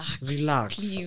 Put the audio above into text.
relax